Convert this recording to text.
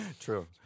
True